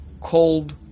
cold